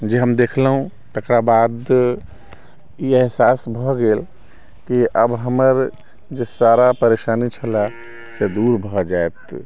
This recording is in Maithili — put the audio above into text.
जे हम देखलहुँ तकरा बाद ई एहसास भऽ गेल कि आब हमर जे सारा परेशानी छले से दूर भऽ जायत